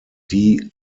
die